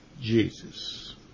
Jesus